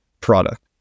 product